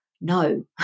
No